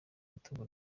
umutungo